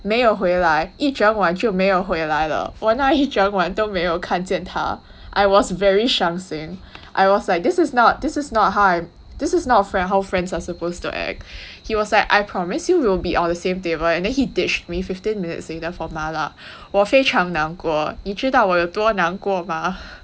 没有回来一整晚就没有回来了我那一整晚都没有看见他 I was very 伤心 I was like this is not this is not how I this is not friend how friends are supposed to act he was like I promise you will be all the same table and then he ditched me fifteen minutes later for mala 我非常难过你知道我有多难过吗